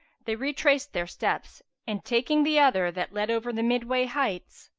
they retraced their steps and, taking the other, that led over the midway heights